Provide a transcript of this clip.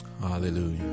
Hallelujah